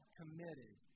committed